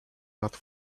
that